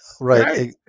Right